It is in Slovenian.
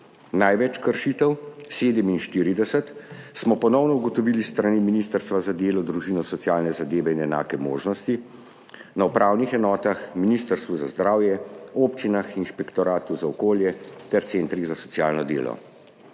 Največ kršitev, 47, smo ponovno ugotovili s strani Ministrstva za delo, družino, socialne zadeve in enake možnosti, na upravnih enotah, Ministrstvu za zdravje, občinah, inšpektoratu za okolje ter centrih za socialno delo.